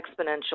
exponential